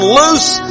loose